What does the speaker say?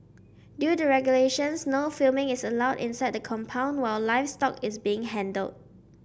due to regulations no filming is allowed inside the compound while livestock is being handled